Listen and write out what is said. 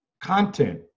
content